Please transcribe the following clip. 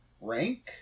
rank